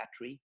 battery